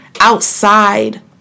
outside